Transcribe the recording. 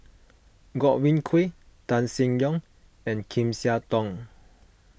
Godwin Koay Tan Seng Yong and Lim Siah Tong